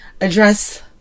address